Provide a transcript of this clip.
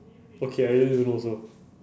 okay I really really don't know also